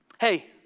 Hey